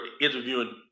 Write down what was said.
interviewing